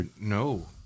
No